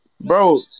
Bro